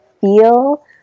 feel